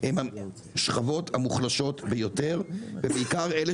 הם השכבות המוחלשות ביותר ובעיקר אלה